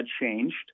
changed